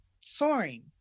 soaring